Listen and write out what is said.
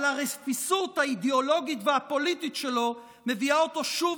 אבל הרפיסות האידיאולוגית והפוליטית שלו מביאה אותו שוב